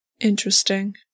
Interesting